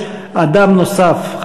יש אדם נוסף,